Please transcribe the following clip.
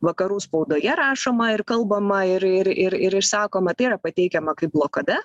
vakarų spaudoje rašoma ir kalbama ir ir ir ir išsakoma tai yra pateikiama kaip blokada